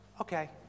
Okay